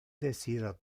desira